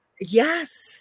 Yes